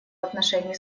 отношении